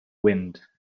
wind